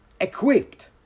equipped